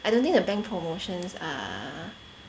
I don't think the bank promotions are